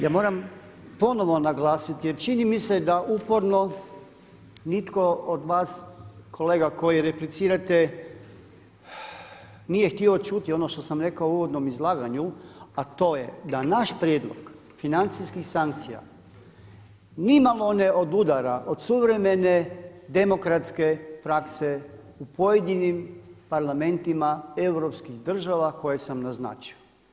Ja moramo ponovno naglasiti jer čini mi se da uporno nitko od vas kolega koji replicirate nije htio čuti ono što sam rekao u uvodnom izlaganju a to je da naš prijedlog financijskih sankcija ni malo odudara od suvremene demokratske prakse u pojedinim parlamentima europskih država koje sam naznačio.